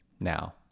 now